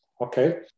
okay